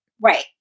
Right